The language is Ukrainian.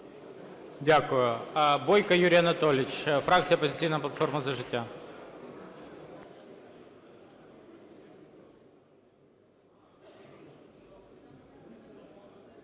Дякую. Бойко Юрій Анатолійович, фракція "Опозиційна платформа - За життя".